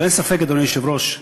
ואין ספק, אדוני היושב-ראש,